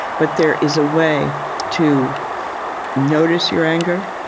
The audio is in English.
but there is a way to notice your anger.